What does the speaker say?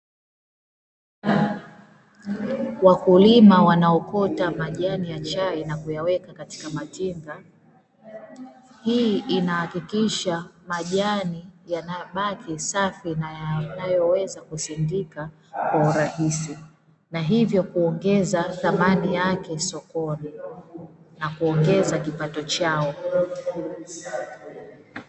Wakulima wanaokota majani ya chai na kuyaweka katika matenga, hii inahakikisha majani yanabaki safi na yanayoweza kusindika kwa urahisi na hivyo kuongeza thamani yake sokoni na kuongeza kipato chao.